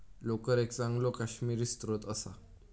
लोकर एक चांगलो काश्मिरी स्त्रोत असा